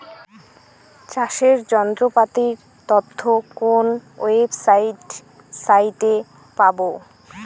চাষের যন্ত্রপাতির তথ্য কোন ওয়েবসাইট সাইটে পাব?